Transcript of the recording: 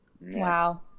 wow